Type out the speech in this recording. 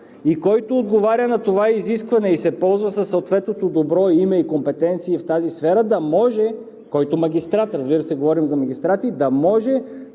Който отговаря на това изискване и се ползва със съответното добро име и компетенции в тази сфера, да може – магистрат, разбира се, говорим за магистрати, да може